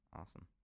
awesome